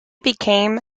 became